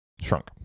shrunk